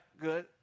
good